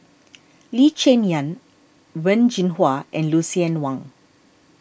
Lee Cheng Yan Wen Jinhua and Lucien Wang